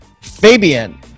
fabian